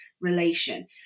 relation